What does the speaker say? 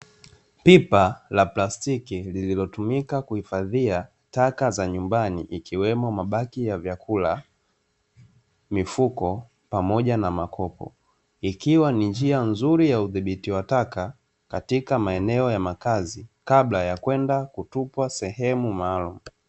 Pipa la plastiki lililotumika kuhifadhia taka za nyumbani ikiwemo mabaki ya vyakula, mifuko pamoja na makopo ikiwa ni njia nzuri ya udhibiti wa taka katika maeneo ya makazi kabla ya kwenda kutupwa sehemu maalumu.